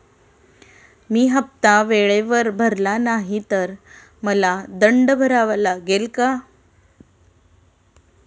मी हफ्ता वेळेवर भरला नाही तर मला दंड भरावा लागेल का?